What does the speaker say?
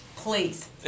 please